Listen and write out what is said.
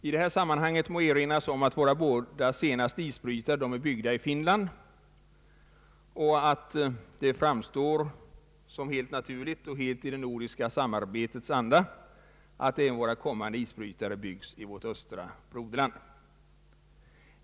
I detta sammanhang må erinras om att våra båda nyaste isbrytare är byggda i Finland och att det framstår som helt naturligt och helt i det nordiska samarbetets anda att även våra kommande isbrytare byggs i vårt östra broderland.